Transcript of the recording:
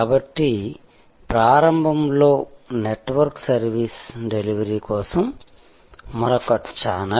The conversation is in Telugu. కాబట్టి ప్రారంభంలో నెట్వర్క్ సర్వీస్ డెలివరీ కోసం మరొక ఛానెల్